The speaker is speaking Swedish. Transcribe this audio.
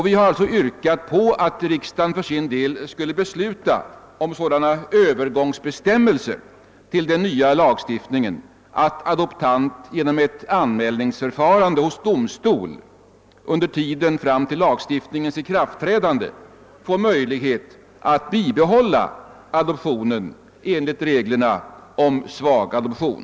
Vi har därför yrkat på att riksdagen skulle besluta om sådana övergångsbestämmelser till den nya lagstiftningen, att adoptant genom ett anmälningsförfarande hos domstol under tiden fram till lagstiftningens ikraftträdande får möjlighet att bibehålla adoptionen enligt reglerna om svag adoption.